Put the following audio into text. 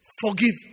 Forgive